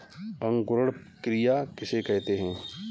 अंकुरण क्रिया किसे कहते हैं?